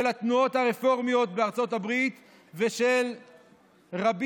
של התנועות הרפורמיות בארצות הברית ושל רבים,